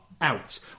out